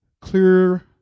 clear